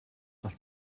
гал